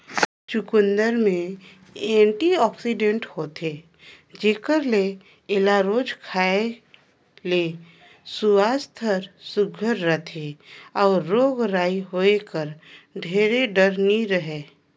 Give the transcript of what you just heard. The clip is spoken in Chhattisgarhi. चुकंदर में एंटीआक्सीडेंट होथे जेकर ले एला रोज खाए ले सुवास्थ हर सुग्घर रहथे अउ रोग राई होए कर ढेर डर नी रहें